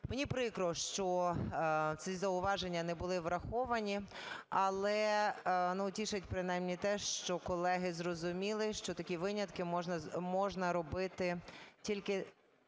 Мені прикро, що ці зауваження не були враховані. Але, тішить принаймні те, що, колеги, зрозуміли, що такі винятки можна робити тільки